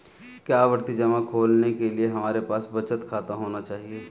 क्या आवर्ती जमा खोलने के लिए हमारे पास बचत खाता होना चाहिए?